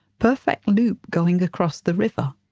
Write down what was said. perfect loop going across the river.